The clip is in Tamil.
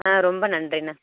ஆ ரொம்ப நன்றிண்ணே